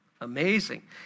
Amazing